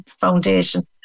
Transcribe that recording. foundation